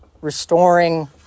restoring